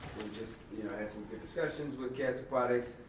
just, you know, had some good discussions with cats aquatics.